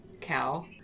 cow